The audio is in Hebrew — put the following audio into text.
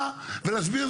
אמר גם שלום, אם יוציאו,